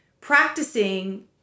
practicing